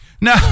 No